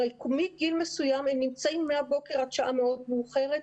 הרי מגיל מסוים הם נמצאים מהבוקר עד שעה מאוד מאוחרת.